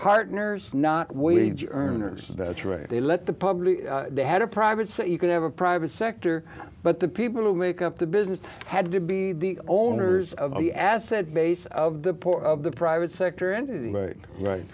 partners not wage earners that's right they let the public they had a private so you can have a private sector but the people who make up the business had to be the owners of the asset base of the poor of the private sector and right